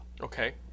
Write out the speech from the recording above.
Okay